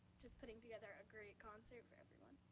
just putting together a great concert for everyone.